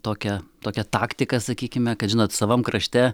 tokią tokią taktiką sakykime kad žinot savam krašte